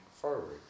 forward